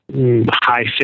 high